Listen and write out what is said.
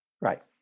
Right